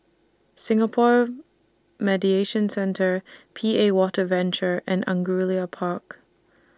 Singapore Mediation Centre P A Water Venture and Angullia Park